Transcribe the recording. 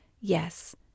Yes